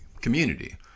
community